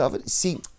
See